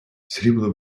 срібло